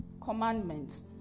Commandments